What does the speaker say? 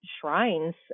shrines